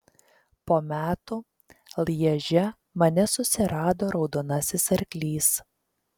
po metų lježe mane susirado raudonasis arklys